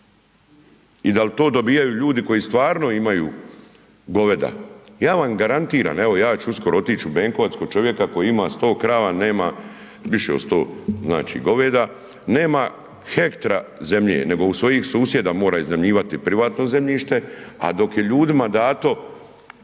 i da li to dobivaju ljudi koji stvarno imaju goveda? Ja vam garantiram, evo, ja ću uskoro otići u Benkovac kod čovjeka koji ima 100 krava, nema više od 100, znači goveda, nema hektra zemlje nego u svojih susjeda mora iznajmljivati privatno zemljište, a dok je ljudima dato